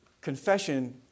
Confession